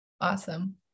Awesome